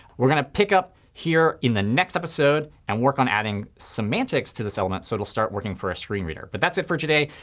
we're going to pick up here in the next episode and work on adding semantics to this element so it'll start working for a screen reader. but that's it for today.